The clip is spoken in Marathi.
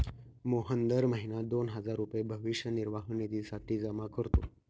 मोहन दर महीना दोन हजार रुपये भविष्य निर्वाह निधीसाठी जमा करतो